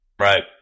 Right